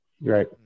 Right